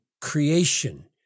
creation